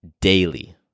daily